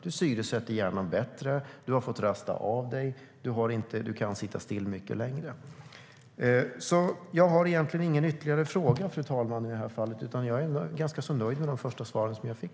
De syresätter hjärnan bättre, de har fått rasta av sig och de kan sitta still mycket längre. Jag har egentligen ingen ytterligare fråga utan jag är nöjd med de svar jag fick.